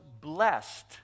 blessed